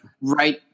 right